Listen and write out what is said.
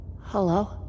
Hello